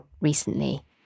recently